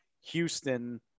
Houston